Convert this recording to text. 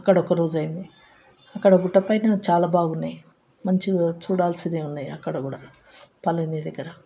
అక్కడ ఒక రోజు అయ్యింది అక్కడ గుట్టపైన చాలా బాగున్నాయి మంచిగా చూడాల్సినవి ఉన్నాయి అక్కడ కూడా పళని దగ్గర